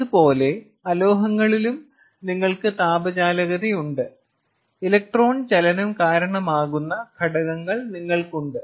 അതുപോലെ അലോഹങ്ങളിലും നിങ്ങൾക്ക് താപ ചാലകതയുണ്ട് ഇലക്ട്രോൺ ചലനം കാരണമാകുന്ന ഘടകങ്ങൾ നിങ്ങൾക്കുണ്ട്